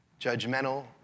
judgmental